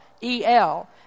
E-L